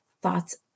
thoughts